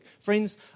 Friends